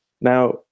Now